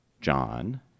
John